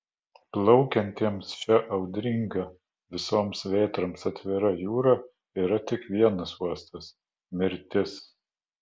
plaukiantiems šia audringa visoms vėtroms atvira jūra yra tik vienas uostas mirtis